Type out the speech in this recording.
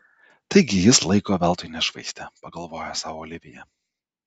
taigi jis laiko veltui nešvaistė pagalvojo sau olivija